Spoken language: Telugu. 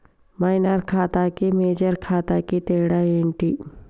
మైనర్ ఖాతా కి మేజర్ ఖాతా కి తేడా ఏంటి?